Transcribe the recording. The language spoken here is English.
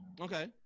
Okay